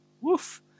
Woof